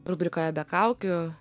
rubrikoje be kaukių